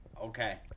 Okay